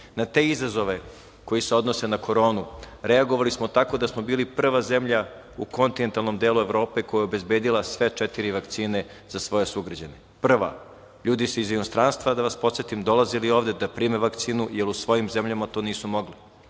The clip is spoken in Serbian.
Na te izazove koji se odnose na koronu reagovali smo tako da smo bili prva zemlja u kontinentalnom delu Evrope koja je obezbedila sve četiri vakcine za svoje sugrađane. Prva, ljudi su iz inostranstva da vas podsetim, dolazili ovde da prime vakcinu, jer u svojim zemljama to nisu mogli.